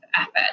effort